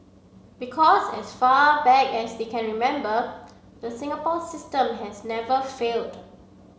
because as far back as they can remember the Singapore system has never failed